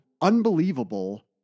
unbelievable